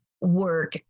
work